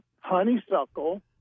Honeysuckle